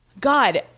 God